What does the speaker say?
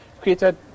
created